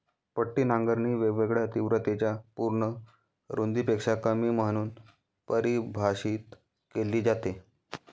पट्टी नांगरणी वेगवेगळ्या तीव्रतेच्या पूर्ण रुंदीपेक्षा कमी म्हणून परिभाषित केली जाते